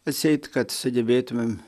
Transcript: atseit kad sugebėtumėm